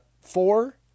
Four